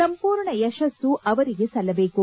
ಸಂಪೂರ್ಣ ಯಶಸ್ಸು ಅವರಿಗೆ ಸಲ್ಲಬೇಕು